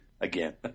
again